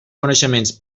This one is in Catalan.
coneixements